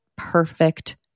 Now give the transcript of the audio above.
perfect